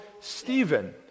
Stephen